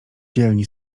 dzielni